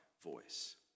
voice